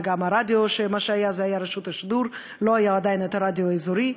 וגם הרדיו שהיה היה רשות השידור ולא היה עדיין הרדיו האזורי.